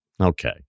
Okay